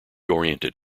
oriented